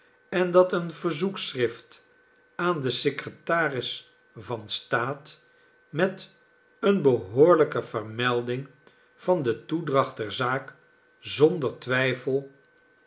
en dat een verzoekschrift aan den secretaris van staat met eene behoorlijke vermelding van den toedracht der zaak zonder twijfel